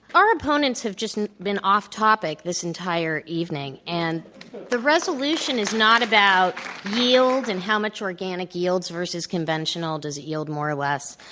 our opponents have just been off topic this entire evening, and the resolution is not about yield and how much organic yields vers us conventional. does it yield more or less?